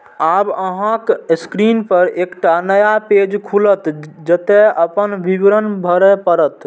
आब अहांक स्क्रीन पर एकटा नया पेज खुलत, जतय अपन विवरण भरय पड़त